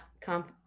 comp